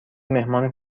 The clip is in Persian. مهمان